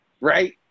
Right